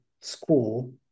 school